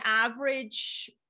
average